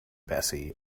bessie